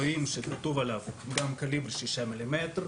רואים שכתוב עליו גם קליבר שישה מילימטר.